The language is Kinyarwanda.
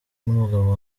n’umugabo